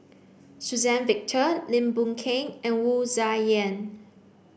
Suzann Victor Lim Boon Keng and Wu Tsai Yen